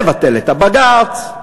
נבטל את הבג"ץ,